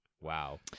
Wow